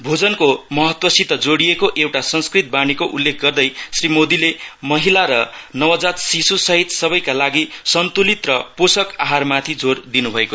भोजनको महत्वसित जोडिएको एउटा संस्कृत वाणीको उल्लेख गर्दै श्री मोदाले महिला र नवजात शिशु सहित सबैका लागि सन्तुलित र पोषक आहारमाथि जोर दिनुभयो